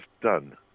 done